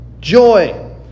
joy